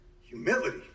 humility